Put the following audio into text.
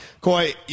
Koi